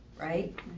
Right